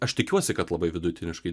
aš tikiuosi kad labai vidutiniškai